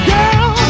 Girl